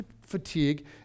fatigue